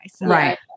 Right